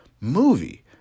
movie